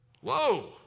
Whoa